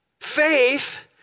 faith